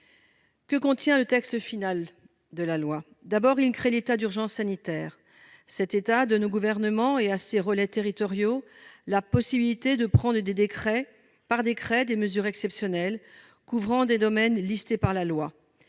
Que contient le texte final du projet de loi ? D'abord, il crée l'état d'urgence sanitaire. Cet état donne au Gouvernement la possibilité de prendre par décret des mesures exceptionnelles, couvrant des domaines énumérés par la loi.